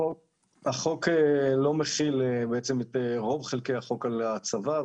החוק לא מכיל בעצם את רוב חלקי החוק על הצבא.